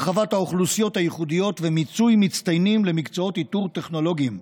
הרחבת האוכלוסיות הייחודיות ומיצוי מצטיינים למקצועות איתור טכנולוגיים,